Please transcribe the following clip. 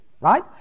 right